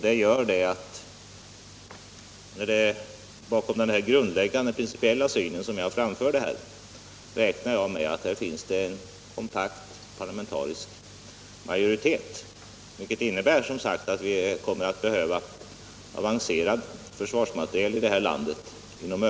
Detta gör att jag räknar med att det bakom den grundläggande principiella syn som jag framfört här finns en kompakt parlamentarisk majoritet och att vi alltså under en överskådlig framtid kommer att behöva avancerad försvarsmateriel i landet.